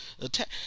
attack